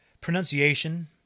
Pronunciation